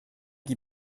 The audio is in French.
qui